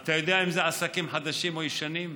אתה יודע אם זה עסקים חדשים או ישנים?